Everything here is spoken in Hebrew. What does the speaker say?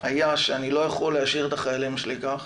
היה שאני לא יכול להשאיר את החיילים שלי כך,